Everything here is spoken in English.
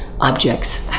objects